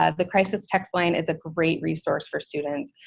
ah the crisis text line is a great resource for students.